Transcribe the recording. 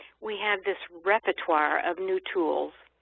we have this repertoire of new tools.